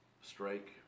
strike